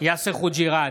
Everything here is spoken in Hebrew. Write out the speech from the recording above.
יאסר חוג'יראת,